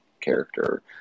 character